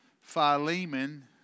Philemon